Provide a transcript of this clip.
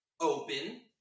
open